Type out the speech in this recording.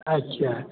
अच्छा